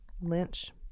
Lynch